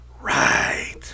Right